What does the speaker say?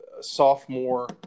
sophomore